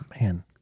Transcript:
Man